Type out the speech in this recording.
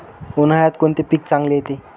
उन्हाळ्यात कोणते पीक चांगले येते?